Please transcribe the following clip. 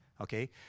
okay